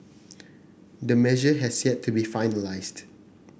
the measure has yet to be finalised